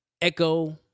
Echo